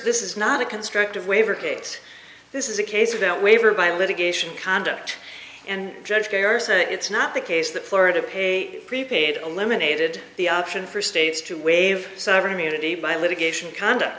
this is not a constructive waiver case this is a case of that waiver by litigation conduct and judge thayer said it's not the case that florida pay prepaid eliminated the option for states to waive sovereign immunity by litigation conduct